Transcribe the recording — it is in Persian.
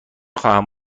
خواهم